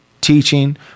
Teaching